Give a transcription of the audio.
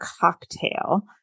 cocktail